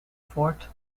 voort